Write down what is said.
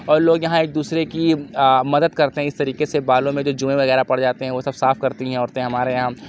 اور لوگ یہاں ایک دوسرے کی آ مدد کرتے ہیں اِس طریقے سے بالوں میں جو جوئیں وغیرہ پڑجاتے ہیں وہ سب صاف کرتی ہیں عورتیں ہمارے یہاں